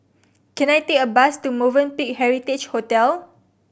can I take a bus to Movenpick Heritage Hotel